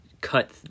cut